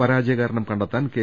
പരാജയ കാരണം കണ്ടെത്താൻ കെ